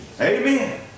Amen